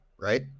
right